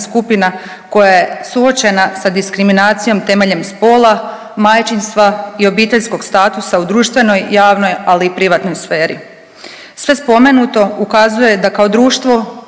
skupina koja je suočena sa diskriminacijom temeljem spola, majčinstva i obiteljskog statusa u društvenoj, javnoj, ali i privatnoj sferi. Sve spomenuto ukazuje da kao društvo